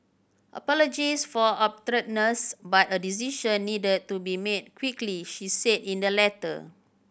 apologies for abruptness but a decision needed to be made quickly she said in the letter